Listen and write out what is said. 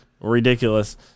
Ridiculous